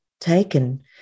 taken